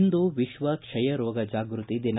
ಇಂದು ವಿಶ್ವ ಕ್ಷಯ ರೋಗ ಜಾಗೃತಿ ದಿನ